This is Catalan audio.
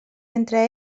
entre